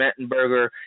Mettenberger